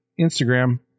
Instagram